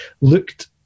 looked